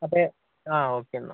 അതെ ആ ഓക്കെ എന്നാൽ